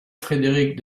frédéric